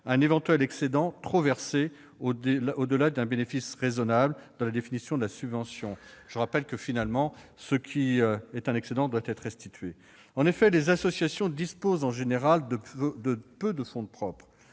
un éventuel excédent trop versé au-delà d'un bénéfice raisonnable, dans la définition de la subvention. Je le rappelle, un excédent doit finalement être restitué. En effet, les associations disposent en général de peu de fonds propres,